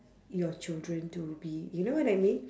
your children to be you know what I mean